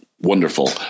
wonderful